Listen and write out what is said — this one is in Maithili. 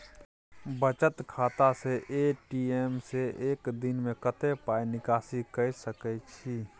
बचत खाता स ए.टी.एम से एक दिन में कत्ते पाई निकासी के सके छि?